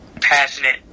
passionate